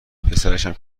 پسرشم